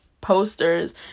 posters